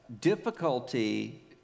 difficulty